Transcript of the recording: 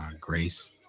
Grace